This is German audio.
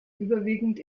überwiegend